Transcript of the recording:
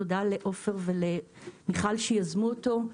תודה לעופר ומיכל שיזמו אותו.